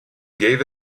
gave